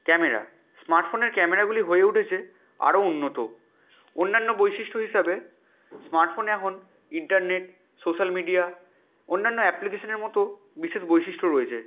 camera স্মার্টফোনের ক্যামেরাগুলি হয়ে উঠেছে আরো উন্নত অন্যান্য বৈশিষ্ট্য হিসাবে স্মার্টফোনে এখন ইন্টারনেট সোশাল মিডিয়া অন্যান্য অ্যাপ্লিকেশনের মতো বিশেষ বৈশিষ্ট্য রয়েছে